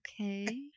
okay